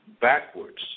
backwards